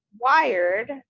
wired